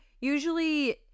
usually